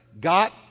got